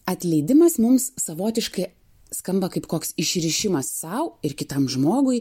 atleidimas mums savotiškai skamba kaip koks išrišimas sau ir kitam žmogui